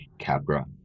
cabra